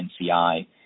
NCI